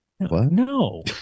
No